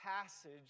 passage